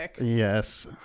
Yes